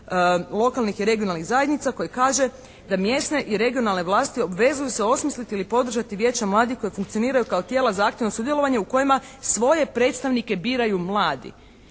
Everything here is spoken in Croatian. lokalnih i regionalnih zajednica koji kaže da mjesne i regionalne vlasti obvezuju se osmisliti ili podržati Vijeća mladih koje funkcioniraju kao tijela za aktivno sudjelovanje u kojima svoje predstavnike biraju mladi.